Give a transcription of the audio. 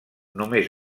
només